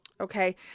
Okay